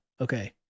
Okay